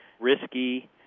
risky